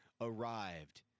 arrived